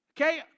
Okay